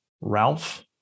Ralph